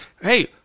Hey